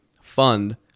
fund